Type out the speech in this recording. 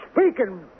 speaking